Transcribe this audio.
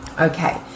Okay